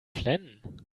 flennen